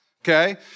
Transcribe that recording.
okay